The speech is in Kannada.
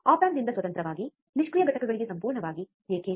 ಆಪ್ ಆಂಪ್ ನಿಂದ ಸ್ವತಂತ್ರವಾಗಿ ನಿಷ್ಕ್ರಿಯ ಘಟಕಗಳಿಗೆ ಸಂಪೂರ್ಣವಾಗಿ ಏಕೆ